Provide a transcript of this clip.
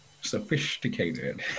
Sophisticated